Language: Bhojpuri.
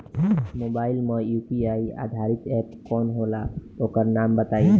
मोबाइल म यू.पी.आई आधारित एप कौन होला ओकर नाम बताईं?